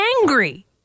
angry